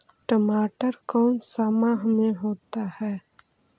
टमाटर कौन सा माह में होता है?